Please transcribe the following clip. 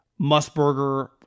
Musburger